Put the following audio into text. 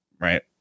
Right